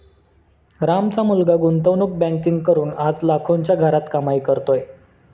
रामचा मुलगा गुंतवणूक बँकिंग करून आज लाखोंच्या घरात कमाई करतोय